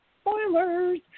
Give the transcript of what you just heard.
Spoilers